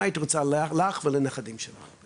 מה היית רוצה לך ולנכדים שלך?